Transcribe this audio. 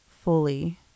fully